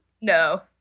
No